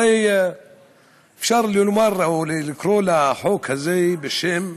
הרי אפשר לומר או לקרוא לחוק הזה בשם: